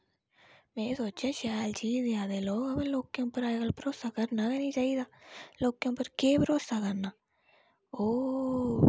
में सोचेआ शैल चीज़ देआ दे लोग व लोकें उप्पर अजकल भरोसा करना गै नि चाहिदा लोकें उप्पर भरोसा करना ओह्